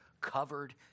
covered